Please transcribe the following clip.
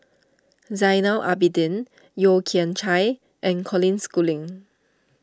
Zainal Abidin Yeo Kian Chai and Colin Schooling